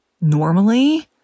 normally